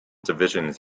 divisions